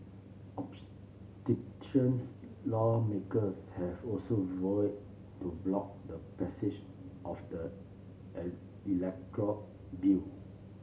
lawmakers have also vowed to block the passage of the electoral bill